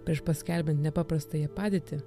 prieš paskelbiant nepaprastąją padėtį